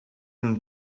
them